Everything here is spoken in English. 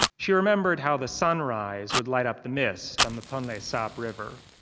she remembered how the sunrise would light up the mist on the tonle sap river.